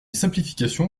simplification